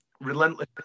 relentless